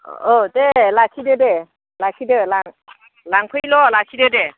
औ दे लाखिदो दे लाखिदो लां लांफैल' लाखिदो दे